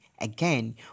Again